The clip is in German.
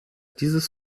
dieses